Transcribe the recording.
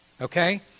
Okay